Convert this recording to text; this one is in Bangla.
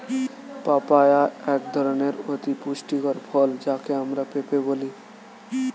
পাপায়া এক ধরনের অতি পুষ্টিকর ফল যাকে আমরা পেঁপে বলি